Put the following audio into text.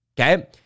okay